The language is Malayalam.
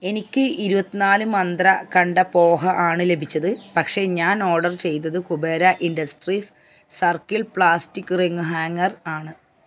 എനിക്ക് ഇരുപത് നാല് മന്ത്ര കണ്ട പോഹ ആണ് ലഭിച്ചത് പക്ഷേ ഞാൻ ഓർഡർ ചെയ്തത് Kubera industries circle plastic ring hanger ആണ്